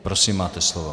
Prosím, máte slovo.